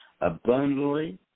abundantly